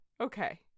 Okay